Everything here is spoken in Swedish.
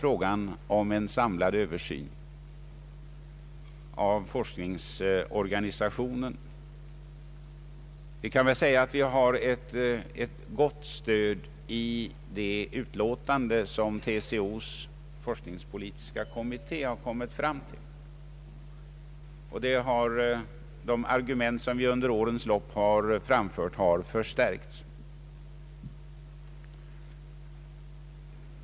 forskning och forskningsplanering frågan om en samlad översyn av forskningsorganisationen. Vi har ett gott stöd i det program som TCO:s forskningspolitiska kommitté har lagt fram. De argument som vi framfört under årens lopp har förstärkts.